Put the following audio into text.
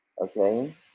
Okay